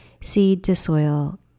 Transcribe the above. seed-to-soil